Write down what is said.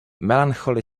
melancholy